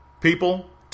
People